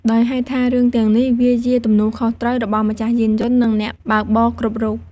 ដោយហេតុថារឿងទាំងនេះ វាជាទំនួលខុសត្រូវរបស់ម្ចាស់យានយន្ត និងអ្នកបើកបរគ្រប់រូប។